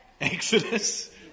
Exodus